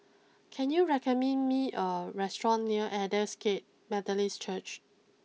can you recommend me a restaurant near Aldersgate Methodist Church